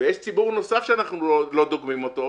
יש ציבור נוסף שאנחנו לא דוגמים אותו,